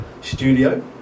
studio